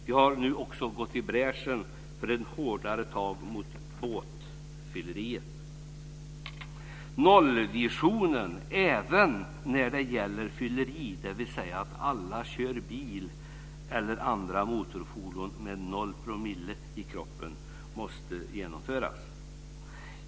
Vi har nu också gått i bräschen för hårdare tag mot båtfylleriet. Nollvisionen även när det gäller fylleri, dvs. att alla kör bil eller andra motorfordon med noll promille i kroppen, måste genomföras.